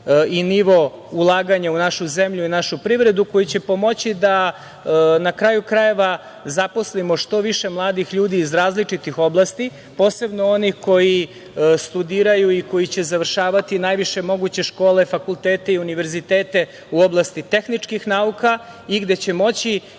i nivo ulaganja u našu zemlju i našu privredu koji će pomoći da, na kraju krajeva, zaposlimo što više mladih ljudi iz različitih oblasti, posebno onih koji studiraju i koji će završavati najviše moguće škole, fakultete i univerzitete u oblasti tehničkih nauka, gde ćemo moći